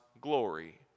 glory